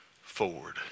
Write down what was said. forward